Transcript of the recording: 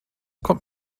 kommt